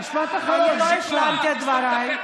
אני לא השלמתי את דבריי.